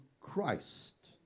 Christ